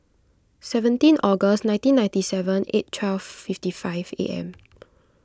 seventeen August nineteen ninety seven eight twelve fifty five A M